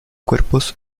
cuerpos